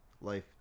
life